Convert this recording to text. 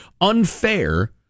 unfair